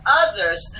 others